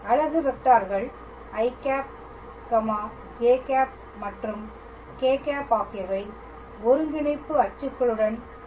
அலகு வெக்டார்கள் i ĵ மற்றும் k̂ ஆகியவை ஒருங்கிணைப்பு அச்சுகளுடன் உள்ளன